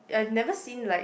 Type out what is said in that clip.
I have never seen like